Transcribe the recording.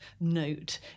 note